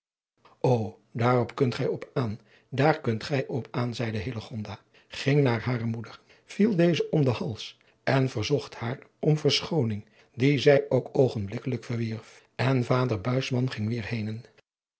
ô daar kunt gij op aan daar kunt gij op aan adriaan loosjes pzn het leven van hillegonda buisman zeide hillegonda ging naar hare moeder viel dezelve om den hals en verzocht haar om verschooning die zij ook oogenblikkelijk verwierf en vader buisman ging weêr henen